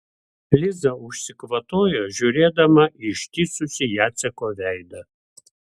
liza užsikvatojo žiūrėdama į ištįsusį jaceko veidą